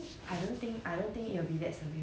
right